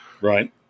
Right